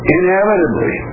inevitably